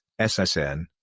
SSN